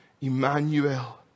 Emmanuel